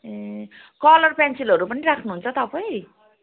ए colour पेन्सिलहरू पनि राख्नुहुन्छ तपाईँ